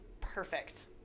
perfect